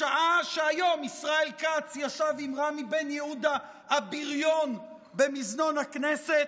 בשעה שהיום ישראל כץ ישב עם רמי בן יהודה הבריון במזנון הכנסת?